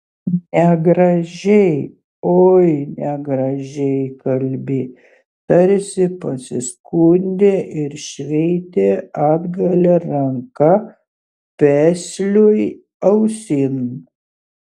negražiai oi negražiai kalbi tarsi pasiskundė ir šveitė atgalia ranka pesliui ausin